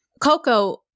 Coco